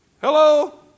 Hello